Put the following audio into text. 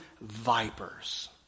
vipers